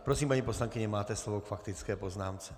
Prosím, paní poslankyně, máte slovo k faktické poznámce.